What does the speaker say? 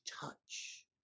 touch